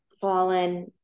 fallen